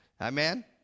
Amen